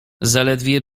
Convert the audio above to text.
zaledwie